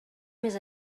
més